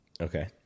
Okay